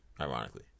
ironically